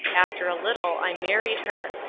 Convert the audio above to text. after a little i married her.